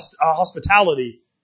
hospitality